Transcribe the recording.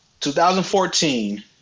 2014